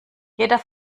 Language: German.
jeder